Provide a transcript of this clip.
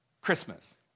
Christmas